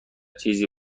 چیزی